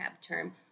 term